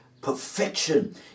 perfection